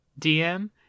DM